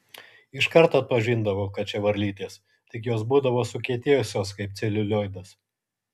iškart atpažindavau kad čia varlytės tik jos būdavo sukietėjusios kaip celiulioidas